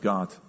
God